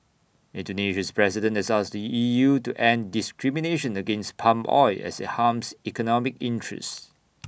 Indonesia's president has asked the E U to end discrimination against palm oil as IT harms economic interests